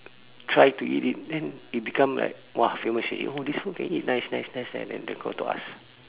try to eat it then they become like !wah! famous already oh this one can eat nice nice nice nice then they go to us